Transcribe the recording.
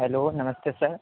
hello نمستے سر